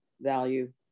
value